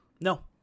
No